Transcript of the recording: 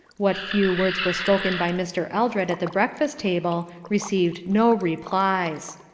what few words were spoken by mr. eldred at the breakfast table received no replies.